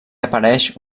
apareix